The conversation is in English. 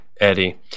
Eddie